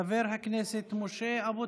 חבר הכנסת משה אבוטבול.